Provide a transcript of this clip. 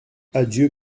adieu